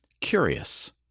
curious